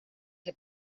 que